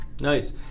Nice